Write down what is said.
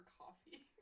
coffee